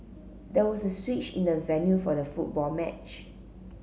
there was a switch in the venue for the football match